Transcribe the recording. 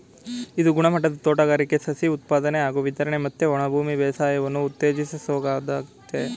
ಇದು ಗುಣಮಟ್ಟದ ತೋಟಗಾರಿಕೆ ಸಸಿ ಉತ್ಪಾದನೆ ಹಾಗೂ ವಿತರಣೆ ಮತ್ತೆ ಒಣಭೂಮಿ ಬೇಸಾಯವನ್ನು ಉತ್ತೇಜಿಸೋದಾಗಯ್ತೆ